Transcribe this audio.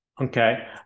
okay